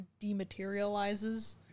dematerializes